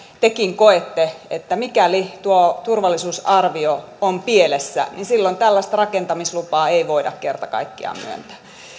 tekin koette että mikäli tuo turvallisuusarvio on pielessä niin silloin tällaista rakentamislupaa ei voida kerta kaikkiaan myöntää